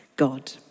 God